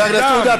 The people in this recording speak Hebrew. חבר הכנסת עודה,